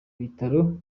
bitaro